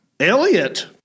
Elliot